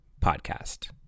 PODCAST